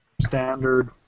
Standard